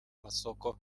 masoko